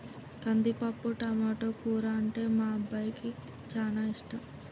కందిపప్పు టమాటో కూర అంటే మా అబ్బాయికి చానా ఇష్టం